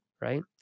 Right